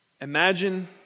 Imagine